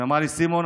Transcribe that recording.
היא אמרה לי: סימון,